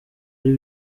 ari